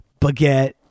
baguette